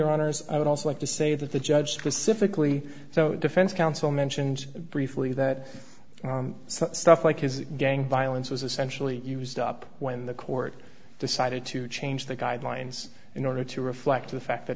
runners i would also like to say that the judge pacifically so defense counsel mentioned briefly that stuff like his gang violence was essentially used up when the court decided to change the guidelines in order to reflect the fact that